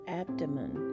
abdomen